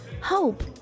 Hope